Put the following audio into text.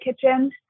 kitchen